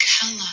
color